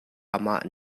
amah